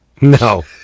No